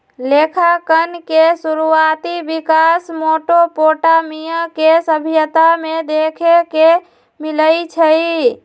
लेखांकन के शुरुआति विकास मेसोपोटामिया के सभ्यता में देखे के मिलइ छइ